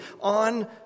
on